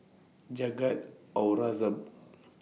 Jagat Aurangzeb